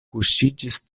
kuŝiĝis